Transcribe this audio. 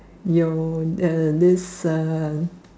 your uh this uh